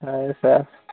ହଉ ସାର୍